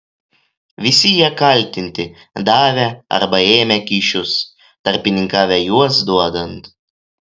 visi jie kaltinti davę arba ėmę kyšius tarpininkavę juos duodant